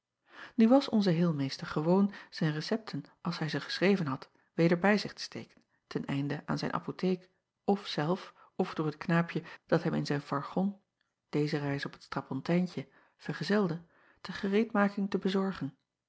u was onze heelmeester gewoon zijn recepten als hij ze geschreven had weder bij zich te steken ten einde aan zijn apotheek f zelf f door het knaapje dat hem in zijn fargon deze reis op t strapontijntje vergezelde ter gereedmaking te bezorgen